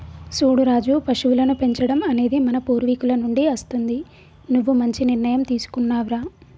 సూడు రాజు పశువులను పెంచడం అనేది మన పూర్వీకుల నుండి అస్తుంది నువ్వు మంచి నిర్ణయం తీసుకున్నావ్ రా